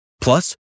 Plus